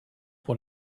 pour